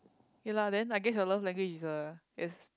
ya lah then I guess a love language is a is